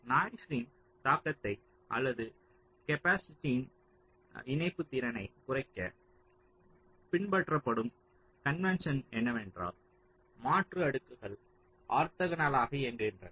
நாய்ஸின் தாக்கத்தை அல்லது கேப்பாசிட்டியின் இணைப்பு திறனை குறைக்க பின்பற்றப்படும் கன்வென்ஸன் என்னவென்றால் மாற்று அடுக்குகள் ஆர்த்தோகனலாக இயங்குகின்றன